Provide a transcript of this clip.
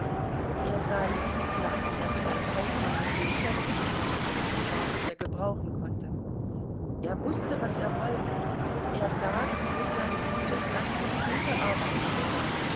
er sah jetzt klar daß bei kaufmann und miceli nichts zu finden war was er gebrauchen konnte er wußte was er wollte er sah daß rußland gutes land und gute arbeiter besaß